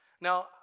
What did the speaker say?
Now